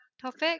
topic